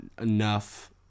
enough